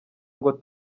ngo